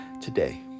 today